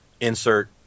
insert